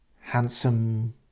handsome